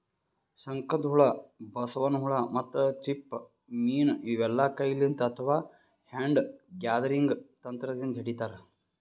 ಶಂಕದ್ಹುಳ, ಬಸವನ್ ಹುಳ ಮತ್ತ್ ಚಿಪ್ಪ ಮೀನ್ ಇವೆಲ್ಲಾ ಕೈಲಿಂತ್ ಅಥವಾ ಹ್ಯಾಂಡ್ ಗ್ಯಾದರಿಂಗ್ ತಂತ್ರದಿಂದ್ ಹಿಡಿತಾರ್